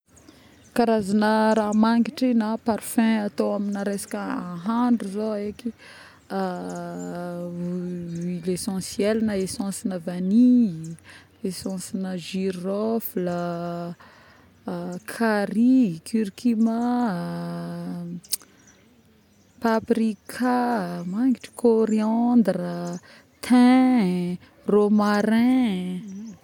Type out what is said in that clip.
Karazagny raha magnitry na parfum atao amina resaka ahandro zao haiky huile essentielle yy na essence-na vanille.yy, essence-na girofle. carry, curcuma paprika magnitry, coriandre, thym ,romarin